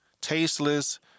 tasteless